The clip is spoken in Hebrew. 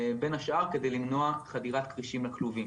בין השאר כדי למנוע חדירת כרישים לכלובים".